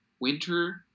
winter